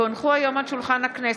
כי הונחו היום על שולחן הכנסת,